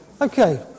Okay